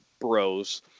Bros